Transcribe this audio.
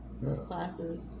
classes